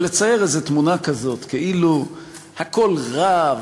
אבל לצייר איזה תמונה כזאת כאילו הכול רע,